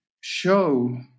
show